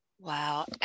Wow